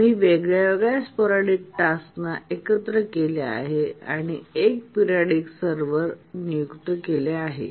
आम्ही वेगवेगळ्या स्पोरॅडीक टास्कना एकत्र केले आहेत आणि त्या एका पिरियॉडिक सर्व्हरवर नियुक्त केल्या आहेत